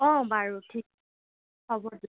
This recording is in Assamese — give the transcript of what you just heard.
অঁ বাৰু ঠিক হ'ব দিয়ক